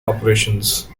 operations